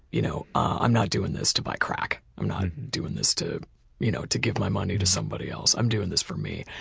you know i'm not doing this to buy crack. i'm not doing this to you know to give my money to someone else. i'm doing this for me.